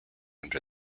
under